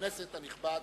חבר הכנסת הנכבד,